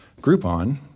Groupon